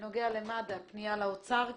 בנוגע למד"א פנייה לאוצר.